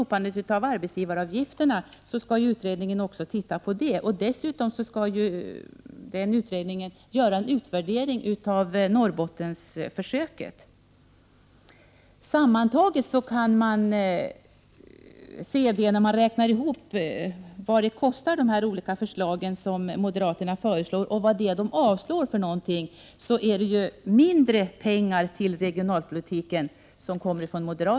Utredningen skall även titta på resultatet av minskningen av arbetsgivaravgifterna. Låt oss vänta på deras utvärdering. När man räknar ihop vad moderaternas olika förslag kostar och tittar på vad de avstyrker, kan man se att det kommer mindre pengar till regionalpolitiken från moderaterna än från regeringen.